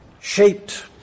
shaped